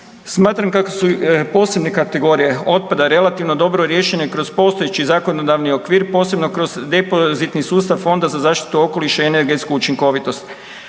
Smatram kako su posebne kategorije otpada relativno dobro riješene kroz postojeći zakonodavni okvir, posebno kroz depozitni sustav Fonda za zaštitu okoliša i energetsku učinkovitost.